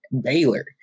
Baylor